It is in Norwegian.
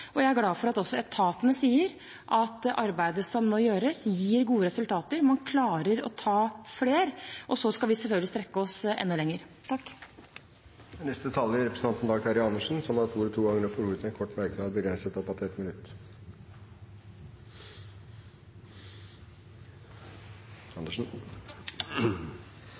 og jeg er glad for at også etatene sier at det arbeidet som nå gjøres, gir gode resultater – man klarer å ta flere. Så skal vi selvfølgelig strekke oss enda lenger. Representanten Dag Terje Andersen har hatt ordet to ganger tidligere og får ordet til en kort merknad, begrenset til